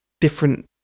different